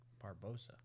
Barbosa